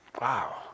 Wow